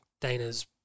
Dana's